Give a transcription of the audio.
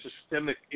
systemic